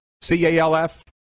C-A-L-F